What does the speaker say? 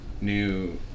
new